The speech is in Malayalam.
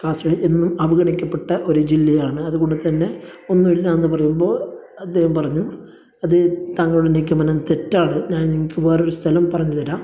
കാസർകോഡ് എന്നും അവഗണിക്കപ്പെട്ട ഒരു ജില്ലയാണ് അത് കൊണ്ട് തന്നെ ഒന്നും ഇല്ല എന്ന് പറയുമ്പോൾ അദ്ദേഹം പറഞ്ഞു അത് താങ്കളുടെ നിഗമനം തെറ്റാണ് ഞാൻ നിങ്ങൾക്ക് വേറെ ഒരു സ്ഥലം പറഞ്ഞ് തരാം